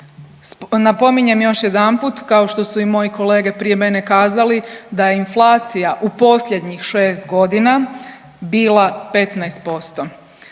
Napominjem još jedanput kao što su i moji kolege prije mene kazali da je inflacija u posljednjih šest godina bila 15%.